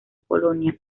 polonia